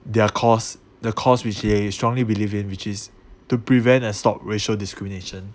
their cause the cause which they strongly believe in which is to prevent and stopped racial discrimination